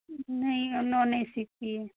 नहीं और non A C चाहिए